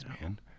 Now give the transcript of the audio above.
man